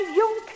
young